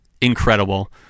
incredible